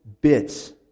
bits